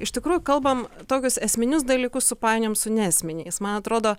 iš tikrųjų kalbam tokius esminius dalykus supainiojam su neesminiais man atrodo